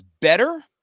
better